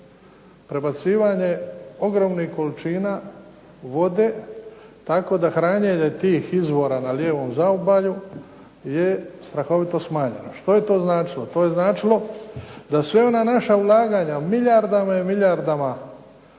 Prebacivanje ogromnih količina vode tako da hranjenje tih izvora na lijevom zaobalju je strahovito smanjena. Što je to značilo? To je značilo da sve ona naša vladanja milijardama i milijardama